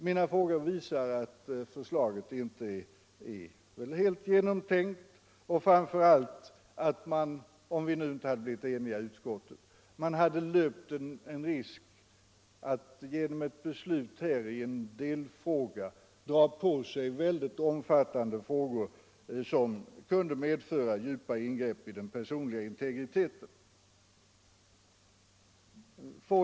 Mina frågor visar att förslaget nog inte är helt genomtänkt och framför allt att man, om vi inte hade blivit eniga i utskottet, hade löpt risken att genom ett beslut i en delfråga dra på sig omfattande framtida frågor med ingrepp i den personliga integriteten som följd.